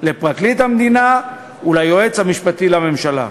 לפרקליט המדינה וליועץ המשפטי לממשלה.